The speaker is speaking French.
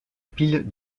pile